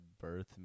birth